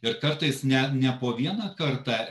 ir kartais net ne po vieną kartą